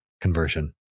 conversion